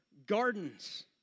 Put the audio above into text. Gardens